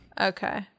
Okay